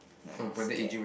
then I scared